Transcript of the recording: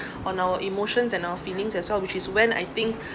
on our emotions and our feelings as well which is when I think